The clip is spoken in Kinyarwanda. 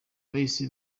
bahise